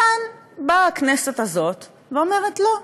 כאן באה הכנסת הזאת ואומרת: לא,